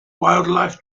wildlife